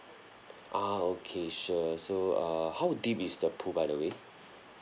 ah okay sure so err how deep is the pool by the way